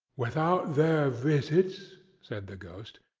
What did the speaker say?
without their visits, said the ghost,